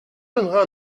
donnera